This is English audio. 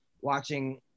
watching